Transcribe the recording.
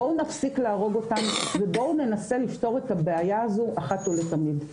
בואו נפסיק להרוג אותם ובואו ננסה לפתור את הבעיה הזו אחת ולתמיד.